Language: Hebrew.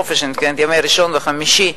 חופש אני מתכוונת ימי ראשון וחמישי,